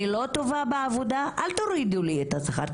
אם אני לא טובה בעבודה אל תורידו לי את השכר,